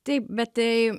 taip bet tai